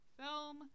film